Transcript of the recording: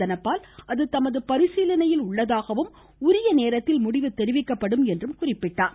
தனபால் அது தமது பரிசீலணையில் உள்ளதாகவும் உரிய நேரத்தில் முடிவு தெரிவிக்கப்படும் என்றும் கூறினார்